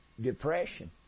depression